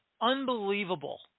unbelievable